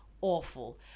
awful